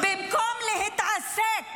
במקום להתעסק,